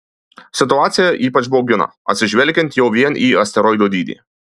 situacija ypač baugina atsižvelgiant jau vien į asteroido dydį